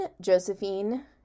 Josephine